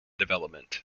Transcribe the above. development